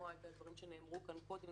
את הדברים שנאמרו כאן קודם,